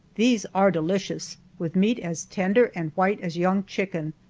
these are delicious, with meat as tender and white as young chicken,